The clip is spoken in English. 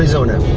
arizona.